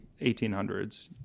1800s